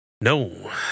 No